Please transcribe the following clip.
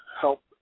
help